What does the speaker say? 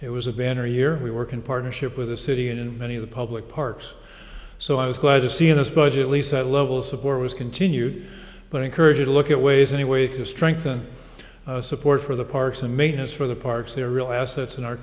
it was a banner year we work in partnership with the city and in many of the public parks so i was glad to see this budget lease at level support was continued but encourage you to look at ways anyway to strengthen support for the parks and maintenance for the parks they are real assets in our